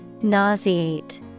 Nauseate